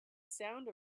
sound